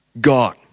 God